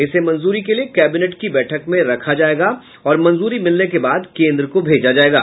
इसे मंजूरी के लिये कैबिनेट की बैठक में रखा जायेगा और मंजूरी मिलने के बाद केंद्र को भेजा जायेगा